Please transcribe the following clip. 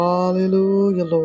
Hallelujah